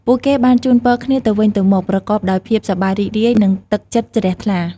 ពួកគេបានជូនពរគ្នាទៅវិញទៅមក ប្រកបដោយភាពសប្បាយរីករាយ និង ទឹកចិត្តជ្រះថ្លា។